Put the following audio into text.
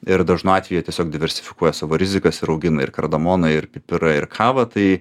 ir dažnu atveju jie tiesiog diversifikuoja savo rizikas ir augina ir kardamoną ir pipirą ir kavą tai